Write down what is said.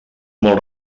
molt